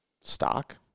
stock